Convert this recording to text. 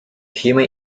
humor